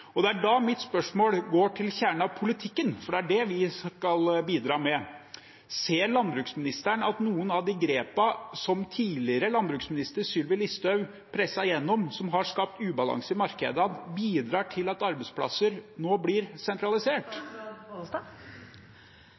Mitt spørsmål går da til kjernen av politikken, for det er det vi skal bidra med. Ser landbruksministeren at noen av de grepene som tidligere landbruksminister Sylvi Listhaug presset gjennom, som har skapt ubalanse i markedet, bidrar til at arbeidsplasser nå blir sentralisert?